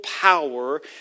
power